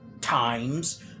times